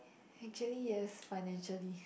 actually yes financially